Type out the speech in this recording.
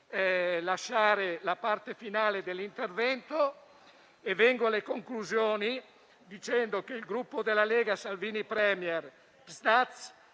atti la parte finale dell'intervento e vengo alle conclusioni, dicendo che il Gruppo Lega-Salvini Premier-Partito